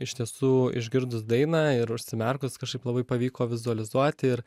iš tiesų išgirdus dainą ir užsimerkus kažkaip labai pavyko vizualizuoti ir